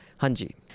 Hanji